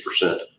percent